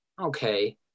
okay